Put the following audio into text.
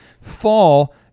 fall